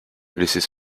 laissez